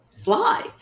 fly